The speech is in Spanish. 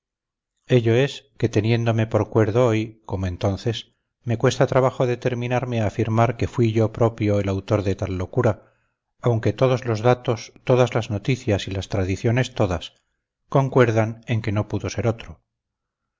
ello es que teniéndome por cuerdo hoy como entonces me cuesta trabajo determinarme a afirmar que fui yo propio el autor de tal locura aunque todos los datos todas las noticias y las tradiciones todas concuerden en que no pudo ser otro